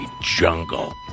jungle